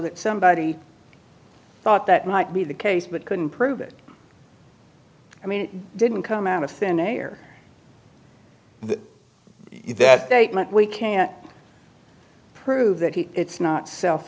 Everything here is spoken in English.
that somebody thought that might be the case but couldn't prove it i mean it didn't come out of thin air the that they meant we can't prove that it's not self